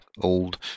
old